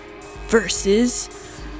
versus